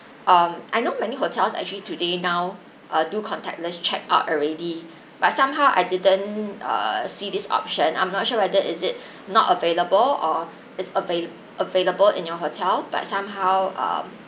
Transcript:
um I know many hotels actually today now err do contactless check out already but somehow I didn't err see this option I'm not sure whether is it not available or is avail~ available in your hotel but somehow um